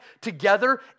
together